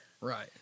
Right